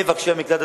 מבקשי המקלט,